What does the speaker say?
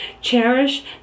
Cherish